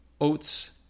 oats